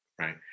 right